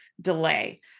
delay